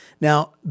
Now